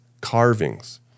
carvings